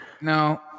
No